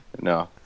No